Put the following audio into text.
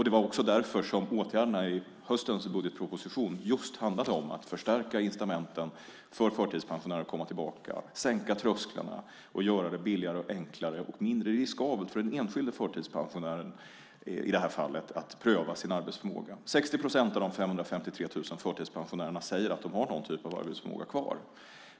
Det var också därför som åtgärderna i höstens budgetproposition handlade om att förstärka incitamenten för förtidspensionärer att komma tillbaka, sänka trösklarna och göra det billigare, enklare och mindre riskabelt för den enskilde förtidspensionären, i detta fall, att pröva sin arbetsförmåga. 60 procent av de 553 000 förtidspensionärerna säger att de har någon typ av arbetsförmåga kvar.